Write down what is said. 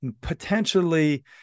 potentially